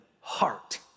heart